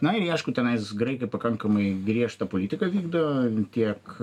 na ir jie aišku tenais graikai pakankamai griežtą politiką vykdo tiek